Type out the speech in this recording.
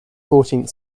fourteenth